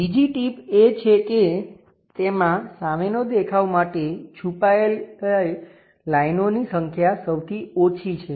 બીજી ટીપ એ છે કે તેમાં સામેનો દેખાવ માટે છુપાયેલા લાઇનોની સંખ્યા સૌથી ઓછી છે